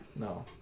no